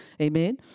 Amen